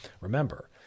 remember